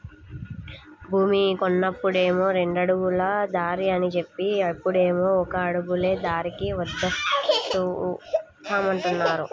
భూమి కొన్నప్పుడేమో రెండడుగుల అడుగుల దారి అని జెప్పి, ఇప్పుడేమో ఒక అడుగులే దారికి వదులుతామంటున్నారు